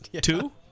Two